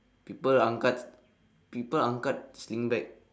people angkat people angkat sling bag